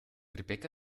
rebecca